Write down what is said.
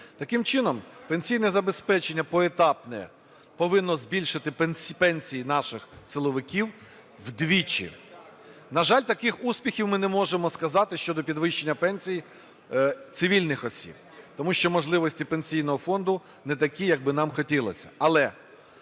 Таким чином пенсійне забезпечення поетапне повинне збільшити пенсії наших силовиків вдвічі. На жаль, таких успіхів ми не можемо сказати щодо підвищення пенсій цивільних осіб, тому що можливості Пенсійного фонду не такі, як би нам хотілося.